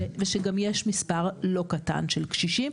ושגם יש מספר לא קטן של קשישים,